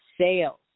sales